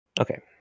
Okay